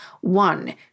one